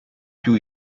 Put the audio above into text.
più